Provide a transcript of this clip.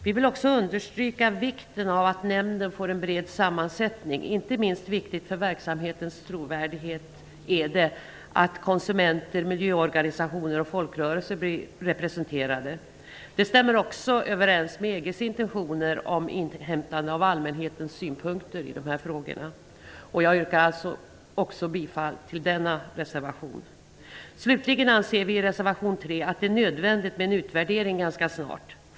Vi vill också understryka vikten av att nämnden får en bred sammansättning. Inte minst viktigt för verksamhetens trovärdighet är det att konsumenter, miljöorganisationer och folkrörelser blir representerade. Det stämmer också överens med EG:s intentioner om inhämtande av allmänhetens synpunkter. Jag yrkar bifall också till denna reservation. Slutligen anser vi i reservation 3 att det är nödvändigt med en utvärdering ganska snart.